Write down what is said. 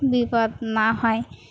বিপদ না হয়